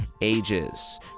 ages